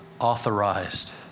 authorized